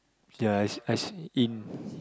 ya I I see in